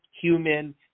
human